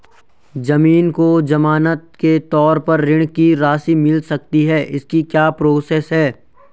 ज़मीन को ज़मानत के तौर पर ऋण की राशि मिल सकती है इसकी क्या प्रोसेस है?